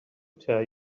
tell